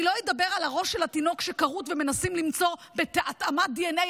אני לא אדבר על הראש של התינוק שכרות ומנסים למצוא התאמת דנ"א,